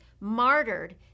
martyred